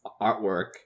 artwork